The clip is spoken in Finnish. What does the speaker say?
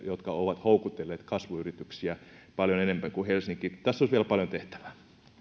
jotka ovat houkutelleet kasvuyrityksiä paljon enemmän kuin helsinki tässä olisi vielä paljon tehtävää